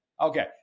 Okay